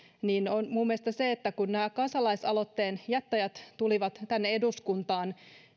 on minun mielestäni se että kun nämä kansalaisaloitteen jättäjät tulivat tänne eduskuntaan